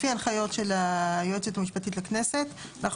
לפי הנחיות היועצת המשפטית לכנסת אנחנו